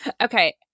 Okay